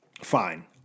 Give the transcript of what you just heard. fine